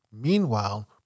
Meanwhile